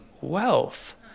wealth